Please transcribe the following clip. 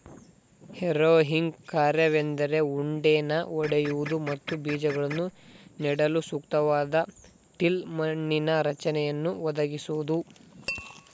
harrowing ಕಾರ್ಯವೆಂದರೆ ಉಂಡೆನ ಒಡೆಯುವುದು ಮತ್ತು ಬೀಜಗಳನ್ನು ನೆಡಲು ಸೂಕ್ತವಾದ ಟಿಲ್ತ್ ಮಣ್ಣಿನ ರಚನೆಯನ್ನು ಒದಗಿಸೋದು